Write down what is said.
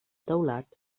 teulat